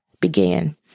began